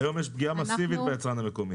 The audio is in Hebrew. היום יש פגיעה מסיבית ביצרן המקומי.